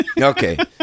Okay